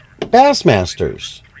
Bassmasters